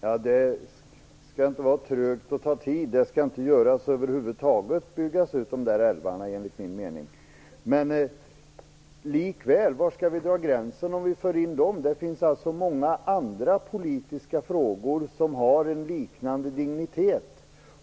Herr talman! Det skall inte vara trögt och ta tid. Dessa älvar skall enligt min mening över huvud taget inte byggas ut. Men likväl, var skall vi dra gränsen om vi för in dem i grundlagen? Det finns många andra politiska frågor som har en liknande dignitet.